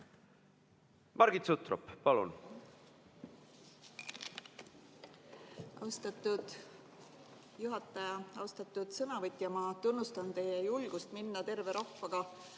Margit Sutrop, palun!